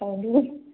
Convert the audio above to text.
ಹಾಂ ಹೇಳಿ